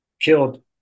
killed